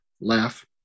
laugh